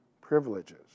privileges